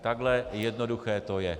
Takhle jednoduché to je.